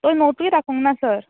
तो नोटूय दाखोवंक ना सर